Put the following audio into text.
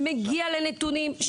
הוא מגיע לנתונים.